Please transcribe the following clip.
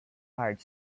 hired